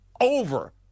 over